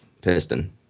piston